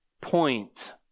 point